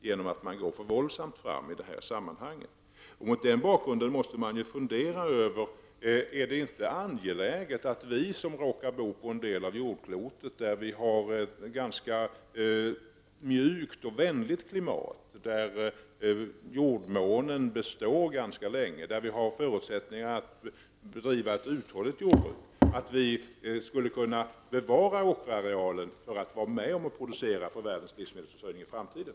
Mot den här bakgrunden måste man fundera över om det inte är angeläget att vi, som råkar bo på en del av jordklotet, där det råder ett ganska mjukt och vänligt klimat, där jordmånen består ganska länge och där vi har förutsättningar att bedriva ett uthålligt jordbruk, skulle kunna bevara åkerarealen för att vara med och producera för världens livsmedelsförsörjning i framtiden.